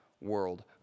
world